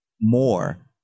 more